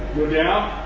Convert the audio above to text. go down.